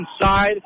inside